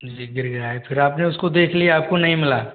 जी गिर गया है फिर आपने उसको देख लिया आपको नहीं मिला